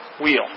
wheel